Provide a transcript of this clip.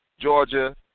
Georgia